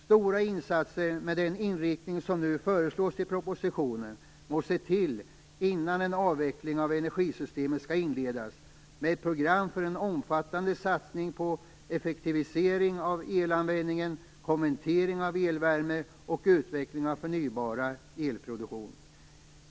Stora insatser med den inriktning som nu föreslås i propositionen måste till innan en avveckling av det nuvarande energisystemet kan inledas med ett program för en omfattande satsning på effektivisering av elanvändningen, konvertering av elvärme och utveckling av förnybar elproduktion.